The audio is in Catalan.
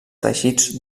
teixits